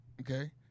Okay